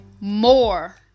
more